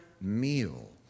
meal